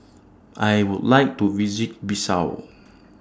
I Would like to visit Bissau